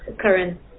current